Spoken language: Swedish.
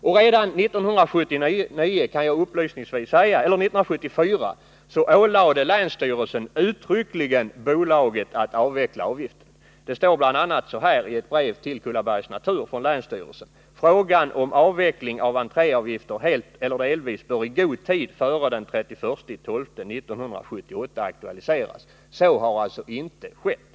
Och redan 1974 — det kan jag nämna upplysningsvis — ålade länsstyrelsen uttryckligen bolaget att avveckla avgiften. I ett brev till Kullabergs Natur står det bl.a.: ”Frågan om avveckling av entréavgifter helt eller delvis bör i god tid före den 31 december 1978 aktualiseras.” Så har alltså inte skett.